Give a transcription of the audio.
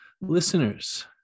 Listeners